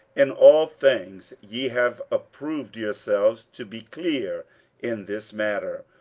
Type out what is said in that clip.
in all things ye have approved yourselves to be clear in this matter.